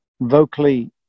vocally